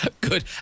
Good